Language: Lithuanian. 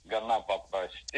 gana paprasti